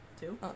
two